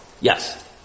Yes